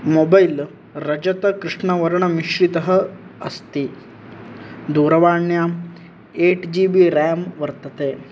mobile रजतकृष्णवर्णमिश्रितः अस्ति दूरवाण्यां एय्ट् जि बि रें वर्तते